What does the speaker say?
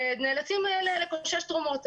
והם נאלצים לקושש תרומות.